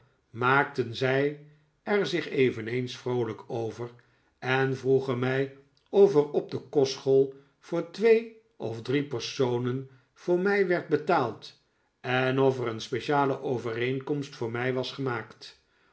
maakten zij er zich eveneens vroolijk over en vroegen mij of er op de kostschool voor twee of voor drie personen voor mij werd betaald en of er een speciale overeenkomst voor mij was gemaakt